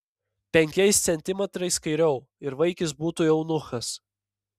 penkiais centimetrais kairiau ir vaikis būtų eunuchas